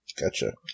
Gotcha